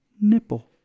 nipple